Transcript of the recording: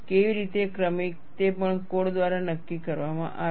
કેવી રીતે ક્રમિક તે પણ કોડ દ્વારા નક્કી કરવામાં આવે છે